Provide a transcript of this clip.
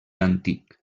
antic